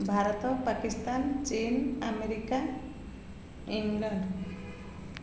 ଭାରତ ପାକିସ୍ତାନ ଚୀନ America England